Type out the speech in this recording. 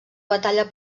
batalla